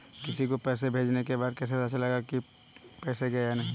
किसी को पैसे भेजने के बाद कैसे पता चलेगा कि पैसे गए या नहीं?